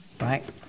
right